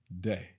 day